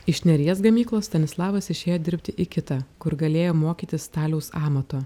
iš neries gamyklos stanislavas išėjo dirbti į kitą kur galėjo mokytis staliaus amato